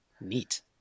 neat